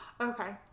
Okay